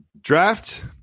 Draft